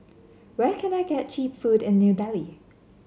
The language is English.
where can I get cheap food in New Delhi